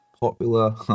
popular